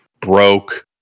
broke